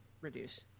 Reduce